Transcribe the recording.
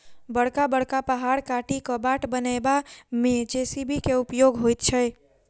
बड़का बड़का पहाड़ काटि क बाट बनयबा मे जे.सी.बी के उपयोग होइत छै